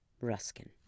Ruskin